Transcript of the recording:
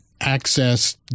access